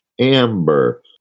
amber